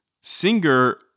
Singer